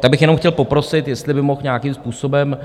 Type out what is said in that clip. Tak bych jenom chtěl poprosit, jestli by mohl nějakým způsobem